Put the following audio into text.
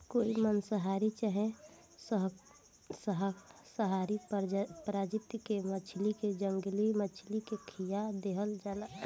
कोई मांसाहारी चाहे सर्वाहारी प्रजाति के मछली के जंगली मछली के खीया देहल जाला